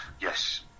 yes